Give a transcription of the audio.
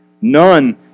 none